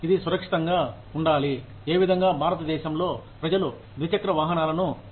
ఇది సురక్షితంగా ఉండాలి ఏ విధంగా భారతదేశంలో ప్రజలు ద్విచక్ర వాహనాలను ఉపయోగించారు